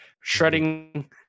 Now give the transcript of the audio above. Shredding